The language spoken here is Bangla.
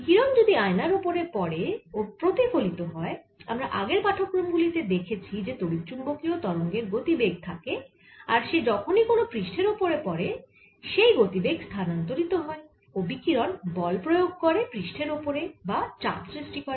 বিকিরণ যদি আয়নার ওপরে পড়ে ও প্রতিফলিত হয় আমরা আগের পাঠক্রম গুলি তে দেখেছি যে তড়িৎচুম্বকীয় তরঙ্গের গতিবেগ থাকে আর সে যখনই কোন পৃষ্ঠের ওপরে পড়ে সেই গতিবেগ স্থানান্তরিত হয় ও বিকিরণ বল প্রয়োগ করে পৃষ্ঠের ওপরে বা চাপ সৃষ্টি করে